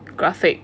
graphic